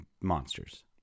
monsters